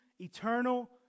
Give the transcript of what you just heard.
eternal